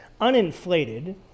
uninflated